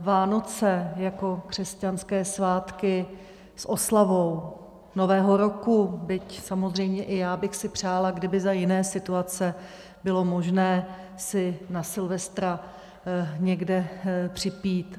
Vánoce jako křesťanské svátky s oslavou Nového roku, byť samozřejmě i já bych si přála, kdyby za jiné situace bylo možné si na silvestra někde připít.